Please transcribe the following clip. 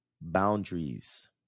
boundaries